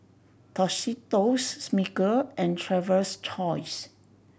Tostitos Smiggle and Traveler's Choice